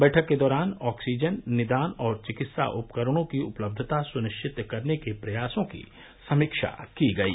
बैठक के दौरान ऑक्सीजन निदान और चिकित्सा उपकरणों की उपलब्धता सुनिश्चित करने के प्रयासों की समीक्षा की गई